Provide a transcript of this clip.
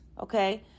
okay